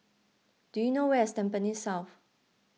do you know where is Tampines South